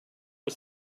was